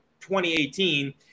2018